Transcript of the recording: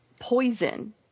poison